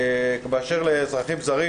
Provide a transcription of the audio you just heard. באשר לאזרחים זרים